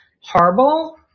horrible